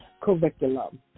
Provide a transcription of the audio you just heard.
curriculum